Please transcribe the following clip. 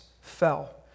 fell